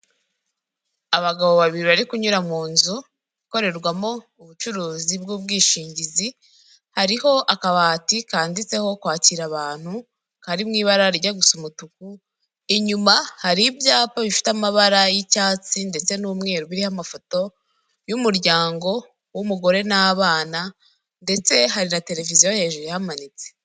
Abagabo babiri bari kunyura mu nzu ikorerwamo ubucuruzi bw'ubwishingizi, hariho akabati kanditseho kwakira abantu kari mu ibara rijya gusa umutuku, inyuma hari ibyapa bifite amabara y'icyatsi ndetse n'umweru biriho amafoto y'umuryango w'umugore n'abana ndetse hari na televiziyo hejuru ihamanitse.